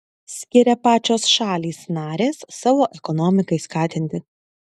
skiria pačios šalys narės savo ekonomikai skatinti